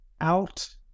out